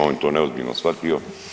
On je to neozbiljno shvatio.